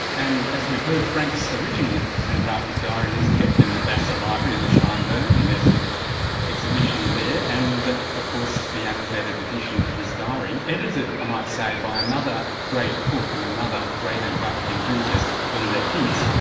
and as we've heard, frank's original antarctic diary is kept in the basser library in the shine dome and there's an exhibition there, and of course the annotated edition of his diary, edited, i might say, by another great cook and another great antarctic enthusiast bernadette hince.